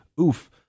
oof